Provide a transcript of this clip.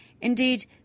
Indeed